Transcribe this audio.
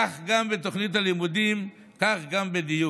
כך גם בתוכנית הלימודים, כך גם בדיור.